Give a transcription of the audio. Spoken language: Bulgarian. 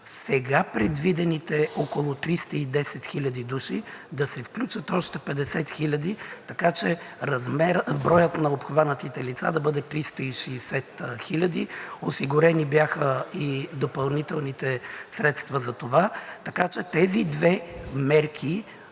сега предвидените около 310 хиляди души да се включат още 50 хиляди, така че броят на обхванатите лица да бъде 360 хиляди. Осигурени бяха и допълнителните средства за това. Така че тези две мерки